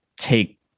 take